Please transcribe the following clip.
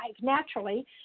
naturally